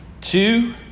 Two